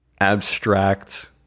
abstract